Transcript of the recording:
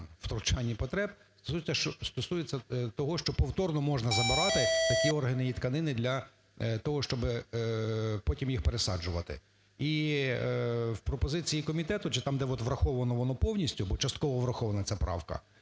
втручань і потреб, стосується того, що повторно можна забирати такі органи і тканини для того, щоб потім їх пересаджувати. І в пропозиції комітету, чи там, де враховано воно повністю або частково врахована ця правка,